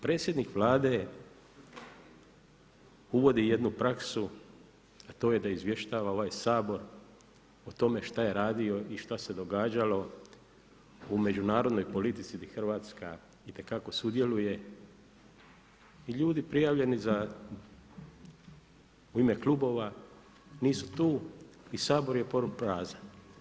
Predsjednik Vlade uvodi jednu praksu, a to je da izvještava ovaj Sabor o tome šta je radio i šta se događalo u međunarodnoj politici gdje Hrvatska itekako sudjeluje i ljudi prijavljeni u ime klubova nisu tu i Sabor je poluprazan.